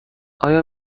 آیا